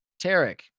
Tarek